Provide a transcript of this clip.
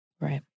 Right